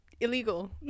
illegal